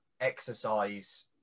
exercise